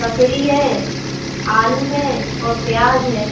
ककड़ी है आलू है औ प्याज़ है